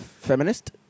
Feminist